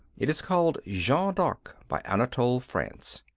it is called jeanne d'arc, by anatole france.